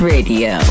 Radio